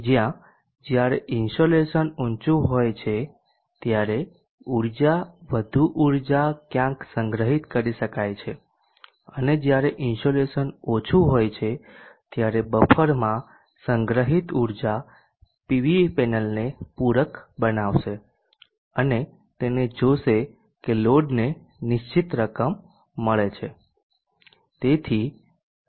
જ્યાં જ્યારે ઇન્સોલેશન ઊચું હોય છે ત્યારે ઉર્જા વધુ ઉર્જા ક્યાંક સંગ્રહિત કરી શકાય છે અને જ્યારે ઇન્સોલેશન ઓછું હોય છે ત્યારે બફરમાં સંગ્રહિત ઉર્જા પીવી પેનલને પૂરક બનાવશે અને તેને જોશે કે લોડને નિશ્ચિત રકમ મળે છે